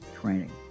training